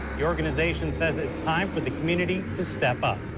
the organization says it is time for the community to step up.